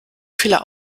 viele